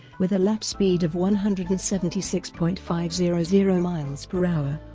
with a lap speed of one hundred and seventy six point five zero zero mph,